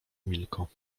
emilko